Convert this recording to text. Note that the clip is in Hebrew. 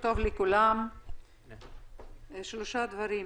שלושה דברים.